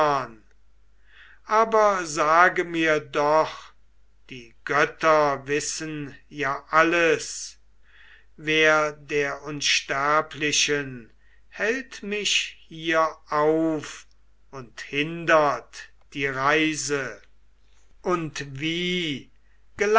aber sage mir doch die götter wissen ja alles wer der unsterblichen hält mich hier auf und hindert die reise und wie